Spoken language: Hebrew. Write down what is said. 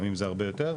לפעמים זה הרבה יותר,